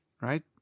right